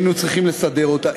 והיינו צריכים לסדר אותה.